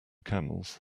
camels